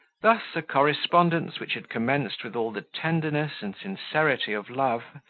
thus a correspondence, which had commenced with all the tenderness and sincerity of love,